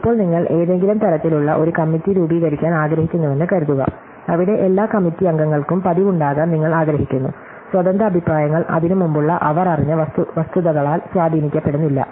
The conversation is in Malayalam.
ഇപ്പോൾ നിങ്ങൾ ഏതെങ്കിലും തരത്തിലുള്ള ഒരു കമ്മിറ്റി രൂപീകരിക്കാൻ ആഗ്രഹിക്കുന്നുവെന്ന് കരുതുക അവിടെ എല്ലാ കമ്മിറ്റി അംഗങ്ങൾക്കും പതിവുണ്ടാകാൻ നിങ്ങൾ ആഗ്രഹിക്കുന്നു സ്വതന്ത്ര അഭിപ്രായങ്ങൾ അതിനുമുമ്പുള്ള അവർ അറിഞ്ഞ വസ്തുതകളാൽ സ്വാധീനിക്കപ്പെടുന്നില്ല